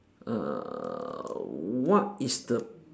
err what is the